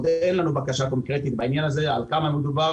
אין לנו עדיין בקשה קונקרטית בעניין הזה על כמה מדובר